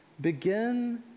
Begin